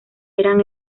eran